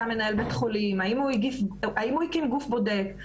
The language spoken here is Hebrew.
מנהל בית חולים - האם הוא הקים גוף בודק,